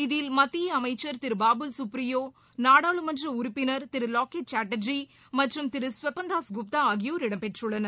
இதில் மத்திய அமைச்சர் திரு பாபுல் சுக்ரியோ நாடாளுமன்ற உறுப்பினர் திரு வாக்கெட் சாட்டர்ஜி மற்றும் திரு ஸ்வப்பன் தாஸ் குப்தா ஆகியோர் இடம் பெற்றுள்ளனர்